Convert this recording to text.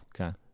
Okay